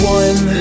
one